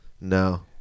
No